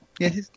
Yes